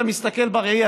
אתה מסתכל בראי,